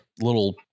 little